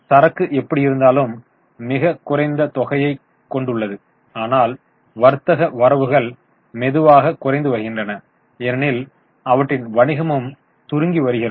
சரக்கு எப்படியிருந்தாலும் மிகக் குறைந்த தொகையைக் கொண்டுள்ளது ஆனால் வர்த்தக வரவுகள் மெதுவாகக் குறைந்து வருகின்றன ஏனெனில் அவற்றின் வணிகமும் சுருங்கி வருகிறது